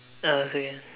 uh say again